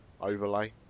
overlay